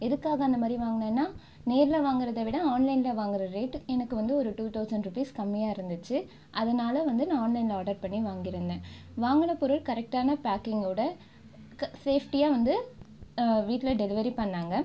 எதுக்காக அந்த மாரி வாங்குனேன்னா நேரில் வாங்குறதை விட ஆன்லைனில் வாங்குற ரேட் எனக்கு வந்து ஒரு டூ தொளசண்ட் ரூபீஸ் கம்மியாக இருந்துச்சு அதனால் வந்து நான் ஆன்லைனில் ஆர்டர் பண்ணி வாங்கியிருந்தேன் வாங்கின பொருள் கரெக்ட்டான பேக்கிங்கோட சேஃப்டியாக வந்து வீட்டில் டெலிவரி பண்ணாங்க